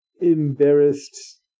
embarrassed